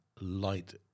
light